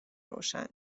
روشن